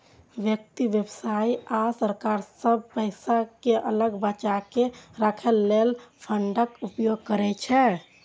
व्यक्ति, व्यवसाय आ सरकार सब पैसा कें अलग बचाके राखै लेल फंडक उपयोग करै छै